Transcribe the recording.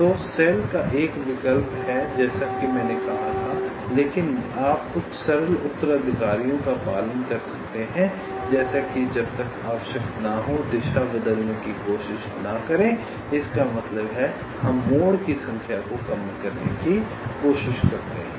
तो सेल का एक विकल्प है जैसा कि मैंने कहा था लेकिन आप कुछ सरल उत्तराधिकारियों का पालन कर सकते हैं जैसे कि जब तक आवश्यक न हो दिशा बदलने की कोशिश न करें इसका मतलब है हम मोड़ की संख्या को कम करने की कोशिश करते हैं